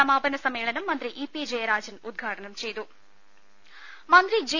സമാപന സമ്മേളനം മന്ത്രി ഇ പി ജയരാജൻ ഉദ്ഘാടനം ചെയ്തു ദേഴ മന്ത്രി ജെ